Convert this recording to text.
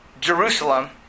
Jerusalem